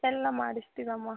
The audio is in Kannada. ಎಲ್ಲ ಮಾಡಿಸ್ತೀವಮ್ಮ